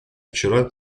вчера